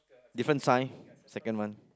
different sign second one